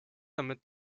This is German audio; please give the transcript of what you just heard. damit